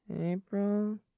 April